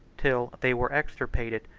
till they were extirpated,